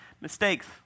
mistakes